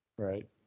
Right